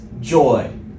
joy